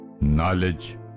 knowledge